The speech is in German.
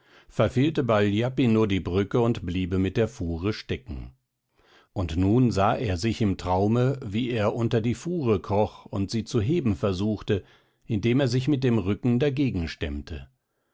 verfehlte bei ljapino die brücke und bliebe mit der fuhre stecken und nun sah er sich im traume wie er unter die fuhre kroch und sie zu heben versuchte indem er sich mit dem rücken dagegen stemmte